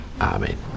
Amen